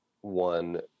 one